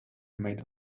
made